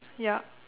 yup